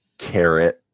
carrot